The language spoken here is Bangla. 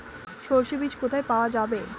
সর্ষে বিজ কোথায় পাওয়া যাবে?